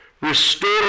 Restore